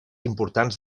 importants